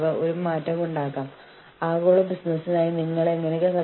എന്നിട്ടും നടപടിയുണ്ടായില്ലെങ്കിൽ നിങ്ങൾ ഇത് സൂപ്പർവൈസിംഗ് യൂണിയൻ കാര്യസ്ഥന് നൽക്കുക